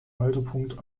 haltepunkt